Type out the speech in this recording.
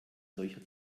solcher